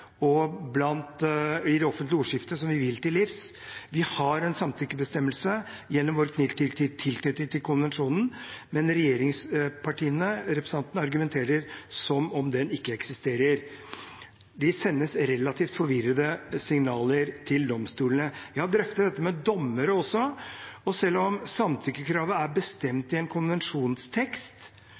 både blant justispolitikere og i det offentlige ordskiftet, som vi vil til livs. Vi har en samtykkebestemmelse gjennom vår tilknytning til konvensjonen, men representantene fra regjeringspartiene argumenterer som om den ikke eksisterer. De sender relativt forvirrende signaler til domstolene. Jeg har også drøftet dette med dommere. Selv om samtykkekravet er bestemt i en konvensjonstekst,